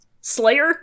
Slayer